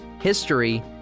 History